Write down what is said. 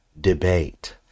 debate